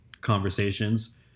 conversations